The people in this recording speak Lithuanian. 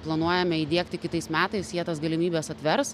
planuojame įdiegti kitais metais jie tas galimybes atvers